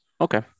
okay